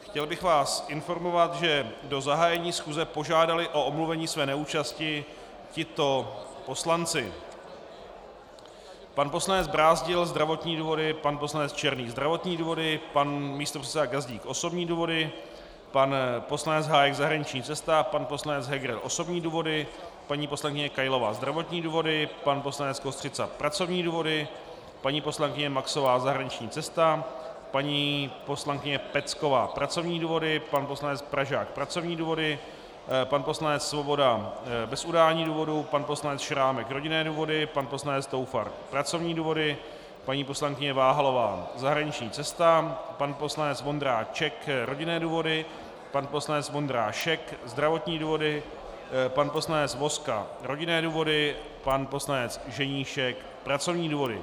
Chtěl bych vás informovat, že do zahájení schůze požádali o omluvení své neúčasti tito poslanci: pan poslanec Brázdil zdravotní důvody, pan poslanec Černý zdravotní důvody, pan místopředseda Gazdík osobní důvody, pan poslanec Hájek zahraniční cesta, pan poslanec Heger osobní důvody, paní poslankyně Kailová zdravotní důvody, pan poslanec Kostřica pracovní důvody, paní poslankyně Maxová zahraniční cesta, paní poslankyně Pecková pracovní důvody, pan poslanec Pražák pracovní důvody, pan poslanec Svoboda bez udání důvodu, pan poslanec Šrámek rodinné důvody, pan poslanec Toufar pracovní důvody, paní poslankyně Váhalová zahraniční cesta, pan poslanec Vondráček rodinné důvody, pan poslanec Vondrášek zdravotní důvody, pan poslanec Vozka rodinné důvody, pan poslanec Ženíšek pracovní důvody.